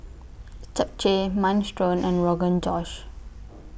Japchae Minestrone and Rogan Josh